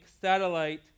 satellite